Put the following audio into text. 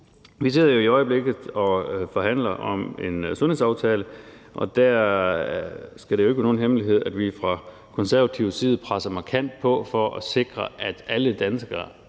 Vi sidder i øjeblikket og forhandler om en sundhedsaftale. Der skal det jo ikke være nogen hemmelighed, at vi fra Konservatives side presser markant på for at sikre, at alle danskere